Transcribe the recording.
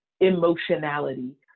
emotionality